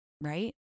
right